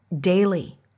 daily